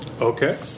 Okay